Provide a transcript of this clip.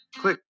Click